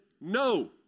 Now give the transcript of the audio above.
no